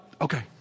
okay